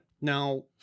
Now